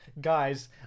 guys